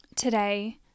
Today